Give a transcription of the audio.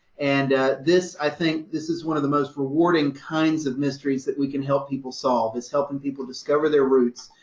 and this, i think, this is one of the most rewarding kinds of mysteries that we can help people solve, is helping people discover their roots,